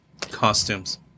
costumes